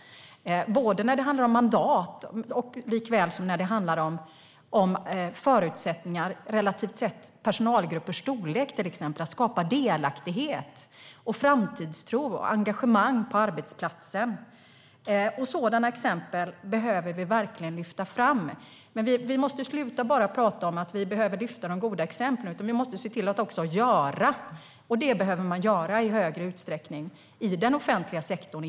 Det handlar om mandat likaväl som om förutsättningar till exempel gällande personalgruppers storlek. Det handlar om att skapa delaktighet, framtidstro och engagemang på arbetsplatsen. Sådana exempel behöver vi verkligen lyfta fram, men vi får inte bara prata om att vi behöver lyfta fram de goda exemplen. Vi måste se till att också göra något. Man behöver göra saker i större utsträckning, inte minst i den offentliga sektorn.